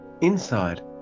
Inside